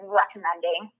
recommending